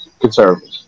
conservatives